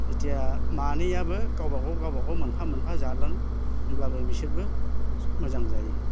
जेथिया मानैआबो गावबागाव गावबागाव मोनफा मोनफा जागोन होमब्लाबो बिसोरबो मोजां जायो